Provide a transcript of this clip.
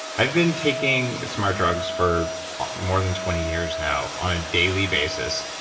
i've been taking smart drugs for more than twenty years now on a daily basis.